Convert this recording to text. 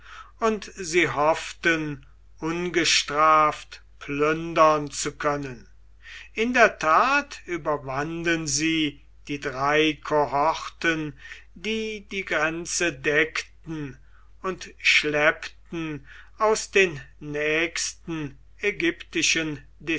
und sie hofften ungestraft plündern zu können in der tat überwanden sie die drei kohorten die die grenze deckten und schleppten aus den nächsten ägyptischen